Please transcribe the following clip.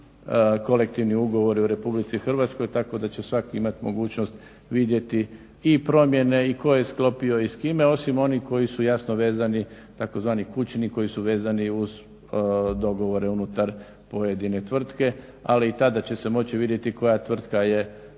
svi kolektivni ugovori u RH tako da će svak imati mogućnost vidjeti i promjene i tko je sklopio i s kime osim oni koji su jasno vezani tzv. kućni koji su vezani uz dogovore unutar pojedine tvrtke. Ali i tada će se moći vidjeti koja tvrtka je